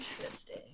Interesting